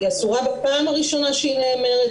היא אסורה בפעם הראשונה שהיא נאמרת,